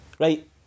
Right